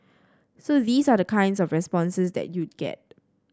so these are the kind of responses that you'd get